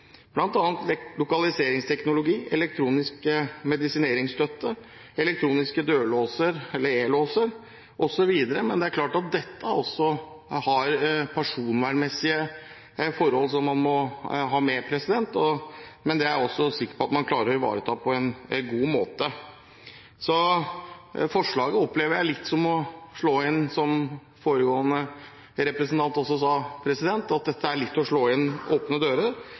lokaliseringsteknologi, elektronisk medisineringsstøtte, elektroniske dørlåser – eller e-låser – osv. Her er det også personvernmessige forhold som man må ha med, men det er jeg sikker på at man klarer å ivareta på en god måte. Forslaget opplever jeg litt som å slå inn – som foregående representant også sa – åpne dører. Denne regjeringen er godt i gang med å